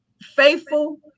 faithful